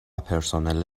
پرسنل